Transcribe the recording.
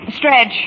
Stretch